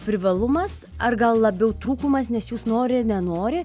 privalumas ar gal labiau trūkumas nes jūs nori nenori